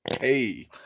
Hey